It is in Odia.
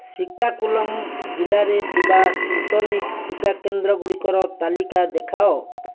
ଶ୍ରୀକାକୁଲମ୍ ଜିଲ୍ଲାରେ ଥିବା ସ୍ପୁଟନିକ୍ ଟିକା କେନ୍ଦ୍ର ଗୁଡ଼ିକର ତାଲିକା ଦେଖାଅ